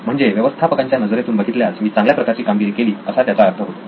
म्हणजे व्यवस्थापकांच्या नजरेतून बघितल्यास मी चांगल्या प्रकारची कामगिरी केली असा त्याचा अर्थ होतो